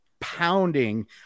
pounding